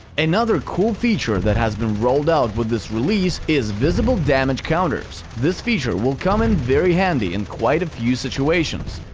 another cool feature that has been rolled out with this release is visible damage counters. this feature will come in very handy in quite a few situations.